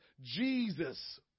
Jesus